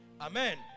Amen